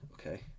Okay